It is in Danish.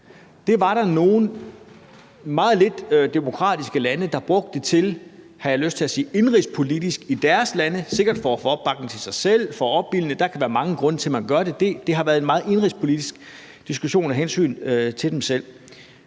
det var der nogle meget lidt demokratiske lande, der brugte, jeg har lyst til at sige indenrigspolitisk, i deres lande, sikkert for at få opbakning til sig selv eller for at opildne. Der kan være mange grunde til, at man gør det, og det har været en meget indenrigspolitisk diskussion af hensyn til dem selv.